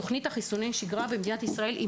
תוכנית חיסוני השגרה במדינת ישראל היא